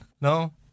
No